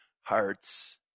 hearts